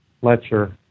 Fletcher